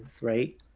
right